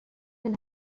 and